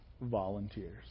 volunteers